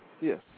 Yes